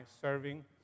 serving